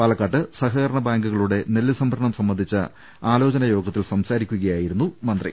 പാലക്കാട്ട് സഹകരണ നെല്ല് ബാങ്കുകളുടെ സംഭ രണം സംബ ന്ധിച്ച ആലോചനായോഗത്തിൽ സംസാരിക്കുകയായിരുന്നു മന്ത്രി